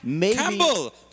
Campbell